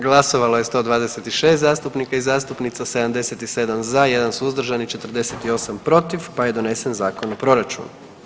Glasovalo je 126 zastupnika i zastupnica, 77 za, 1 suzdržan i 48 protiv, pa je donesen Zakon o proračunu.